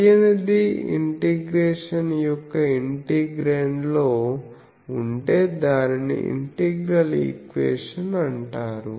తెలియనిది ఇంటిగ్రేషన్ యొక్క ఇంటిగ్రేండ్లో ఉంటే దానిని ఇంటిగ్రల్ ఈక్వేషన్ అంటారు